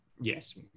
yes